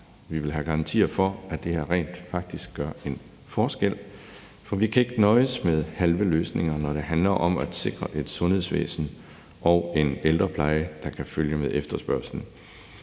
vi vil have garantier for, at det her rent faktisk gør en forskel. For vi kan ikke nøjes med halve løsninger, når det handler om at sikre et sundhedsvæsen og en ældrepleje, der kan følge med efterspørgslen.